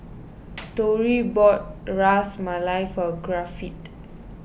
Tory bought Ras Malai for Griffith